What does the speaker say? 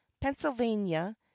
pennsylvania